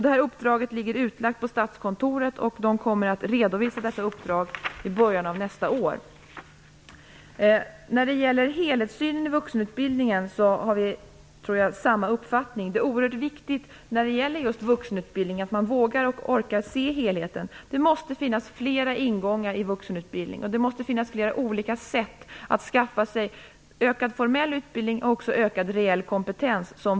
Detta uppdrag är utlagt på Statskontoret, och man kommer att redovisa sitt uppdrag i början av nästa år. Jag tror av vi har samma uppfattning när det gäller helhetssynen inom vuxenutbildningen. Det är oerhört viktigt att man orkar och vågar se helheten. Det måste finnas flera ingångar i vuxenutbildningen och flera olika sätt att skaffa sig ökad formell utbildning och också ökad reell kompetens.